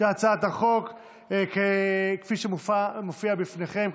כפי שמופיע בפניכם,